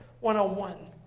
one-on-one